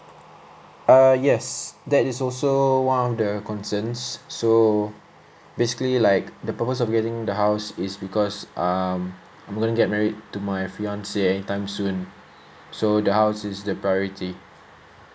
err yes that is also one of the consonants so basically like the purpose of getting the house is because um I'm going to get married to my fiancee anytime soon so the house is the priority